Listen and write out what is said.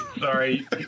Sorry